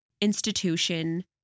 institution